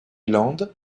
island